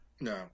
No